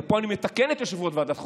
ופה אני מתקן את יושב-ראש ועדת החוקה.